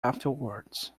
afterwards